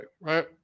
Right